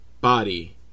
body